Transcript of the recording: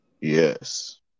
Yes